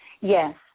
Yes